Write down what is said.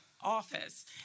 office